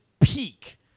peak